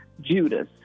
Judas